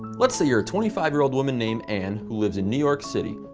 let's say you're a twenty five year-old woman named ann who lives in new york city.